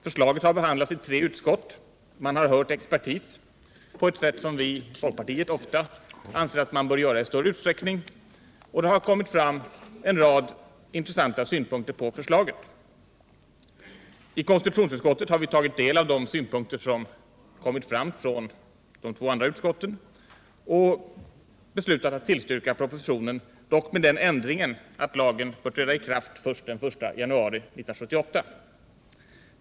Förslaget har behandlats i tre utskott, man har hört expertis på ett sätt som vi i folkpartiet anser att man ofta borde göra och det har kommit fram en rad intressanta synpunkter på förslaget. I konstitutionsutskottet har vi tagit del av de synpunkter som kommit fram från de två andra utskotten och beslutat att tillstyrka propositionen, dock med den ändringen att lagen bör träda i kraft först den 1 januari 1978.